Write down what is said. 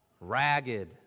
ragged